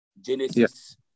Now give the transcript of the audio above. Genesis